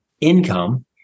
income